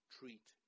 treat